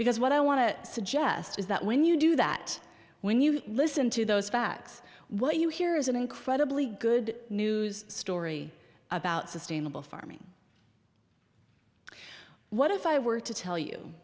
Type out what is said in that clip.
because what i want to suggest is that when you do that when you listen to those facts what you hear is an incredibly good news story about sustainable farming what if i were to tell you